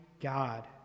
God